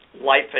life